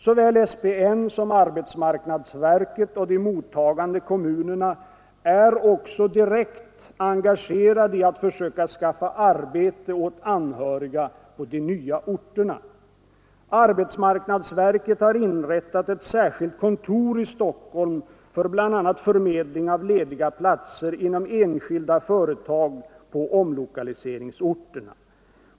Såväl SPN som arbetsmarknadsverket och de mottagande kommunerna är också direkt engagerade i att försöka skaffa arbete åt anhöriga på de nya orterna. Arbetsmarknadsverket har inrättat ett särskilt kontor i Stockholm för bl.a. förmedling av lediga platser inom enskilda företag på omlokaliseringsorterna.